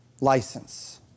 license